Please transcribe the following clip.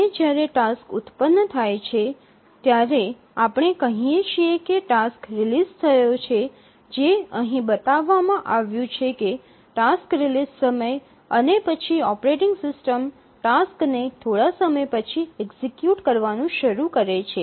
અને જ્યારે ટાસ્ક ઉત્પન્ન થાય છે ત્યારે આપણે કહીએ છીએ કે ટાસ્ક રિલીઝ થયો છે જે અહીં બતાવવામાં આવ્યું છે કે ટાસ્ક રિલીઝ થવાનો સમય અને પછી ઓપરેટિંગ સિસ્ટમ ટાસ્કને થોડા સમય પછી એક્સિકયુટ કરવાનું શરૂ કરે છે